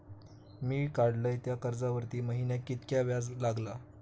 मी काडलय त्या कर्जावरती महिन्याक कीतक्या व्याज लागला?